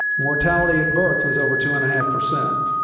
mortality at birth was over two-and-a-half percent.